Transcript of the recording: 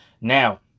Now